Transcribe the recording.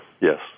yes